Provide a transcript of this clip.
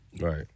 Right